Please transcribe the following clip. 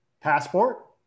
passport